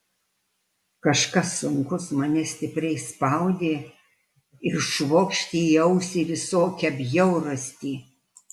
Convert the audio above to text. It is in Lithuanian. kažkas sunkus mane stipriai spaudė ir švokštė į ausį visokią bjaurastį